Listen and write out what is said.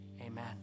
Amen